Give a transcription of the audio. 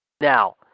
Now